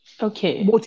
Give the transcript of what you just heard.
Okay